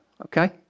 okay